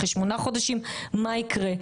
אחרי שמונה חודשים מה יקרה.